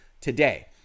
today